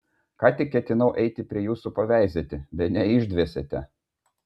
ką tik ketinau eiti prie jūsų paveizėti bene išdvėsėte